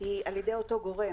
היא על ידי אותו גורם.